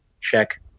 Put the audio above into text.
check